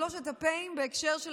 שלוש הפ"אים בהקשר של